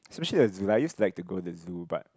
especially the zoo lah I used to like to go to the zoo but